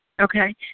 Okay